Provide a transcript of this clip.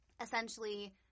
essentially